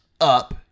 up